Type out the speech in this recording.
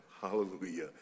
Hallelujah